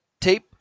tape